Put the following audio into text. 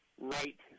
right